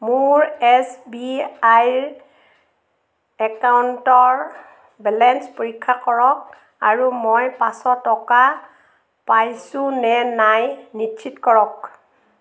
মোৰ S B আইৰ একাউণ্টৰ বেলেঞ্চ পৰীক্ষা কৰক আৰু মই পাঁচশ টকা পাইছোঁ নে নাই নিচিত কৰক